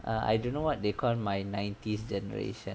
err I don't know what they call my nineties generation